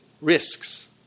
risks